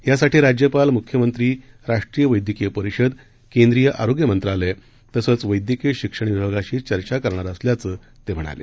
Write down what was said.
यासाठी राज्यपाल मुख्यमंत्री राष्ट्रीय वद्यक्रीय परिषद केंद्रीय आरोग्य मंत्रालय तसंच वद्धकीय शिक्षण विभागाशी चर्चा करणार असल्याचं ते म्हणाले